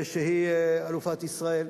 שהיא אלופת ישראל.